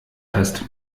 fest